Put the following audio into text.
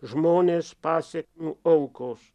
žmonės pasekmių aukos